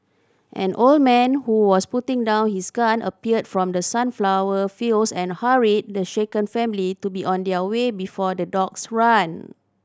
an old man who was putting down his gun appeared from the sunflower fields and hurried the shaken family to be on their way before the dogs run